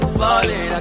falling